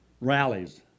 rallies